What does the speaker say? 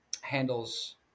handles